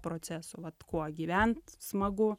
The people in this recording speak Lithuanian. procesu vat kuo gyvent smagu